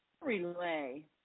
relay